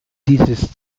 dieses